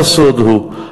לא סוד הוא,